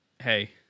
hey